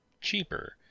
cheaper